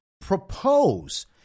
propose